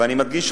ואני מדגיש,